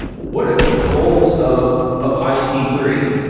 what are the goals of of i c three?